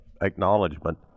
acknowledgement